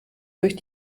durch